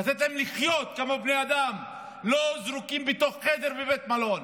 לתת להם לחיות כמו בני אדם ולא זרוקים בתוך חדר בבית מלון.